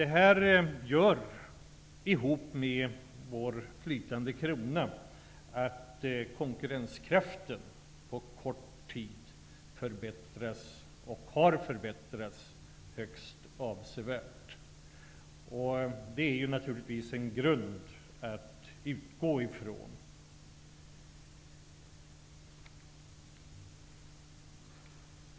Tillsammans med vår flytande krona gör det att konkurrenskraften har förbättrats högst avsevärt på kort tid. Det är naturligtvis en grund att utgå från.